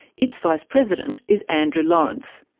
its vice president is andrew lawrence.